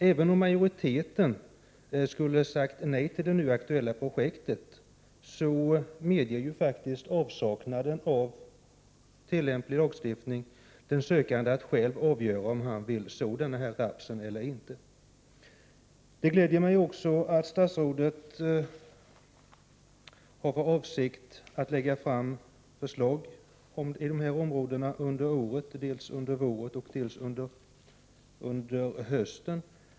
Även om majoriteten skulle ha sagt nej till det nu aktuella projektet innebär faktiskt avsaknaden av tillämplig lagstiftning att den sökande själv får avgöra om han vill så sådan raps eller inte. Det gläder mig att statsrådet har för avsikt att lägga fram förslag inom området under året, dels under våren, dels under hösten.